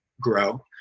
grow